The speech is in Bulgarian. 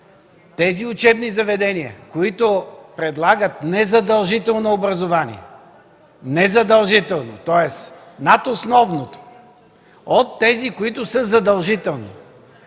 тези учебни заведения, които предлагат не задължително образование, не задължително, тоест над основното, от тези, които са задължителни.